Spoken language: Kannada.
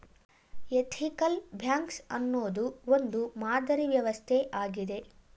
ಎಥಿಕಲ್ ಬ್ಯಾಂಕ್ಸ್ ಅನ್ನೋದು ಒಂದು ಮಾದರಿ ವ್ಯವಸ್ಥೆ ಆಗಿದೆ